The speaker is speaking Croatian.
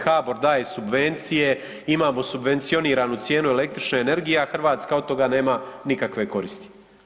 HBOR daje subvencije, imamo subvencioniranu cijenu električne energije a Hrvatska od toga nema nikakve koristi.